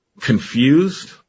confused